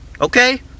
Okay